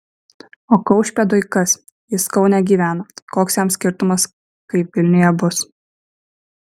o kaušpėdui kas jis kaune gyvena koks jam skirtumas kaip vilniuje bus